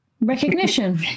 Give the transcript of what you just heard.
Recognition